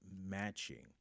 matching